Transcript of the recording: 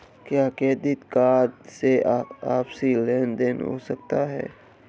क्या credit card से आपसी लेनदेन हो सकता है?